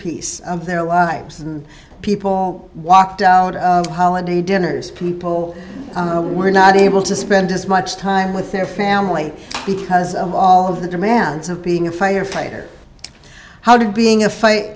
centerpiece of their lives and people walked out of holiday dinners people were not able to spend as much time with their family because of all of the demands of being a firefighter how did being a fight